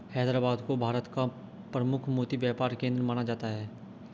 हैदराबाद को भारत का प्रमुख मोती व्यापार केंद्र माना जाता है